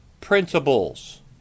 principles